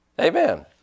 Amen